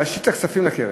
להשיב את הכספים לקרן,